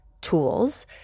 tools